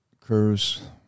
curse